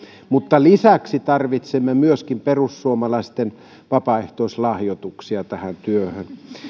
mutta lisäksi tarvitsemme myöskin perussuomalaisten vapaaehtoislahjoituksia tähän työhön